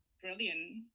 brilliant